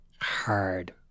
hard